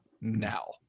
now